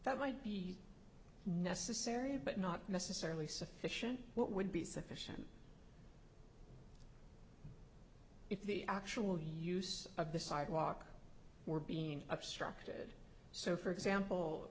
that might be necessary but not necessarily sufficient what would be sufficient if the actual use of the sidewalk were being obstructed so for example